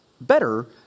better